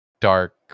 dark